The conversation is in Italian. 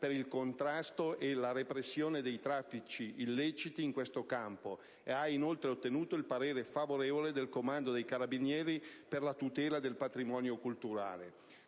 per il contrasto e la repressione dei traffici illeciti in questo campo; esso, inoltre, ha ottenuto il parere favorevole del Comando dei carabinieri per la tutela del patrimonio culturale.